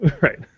Right